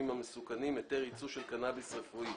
המסוכנים (היתר ייצוא של קנאביס רפואי),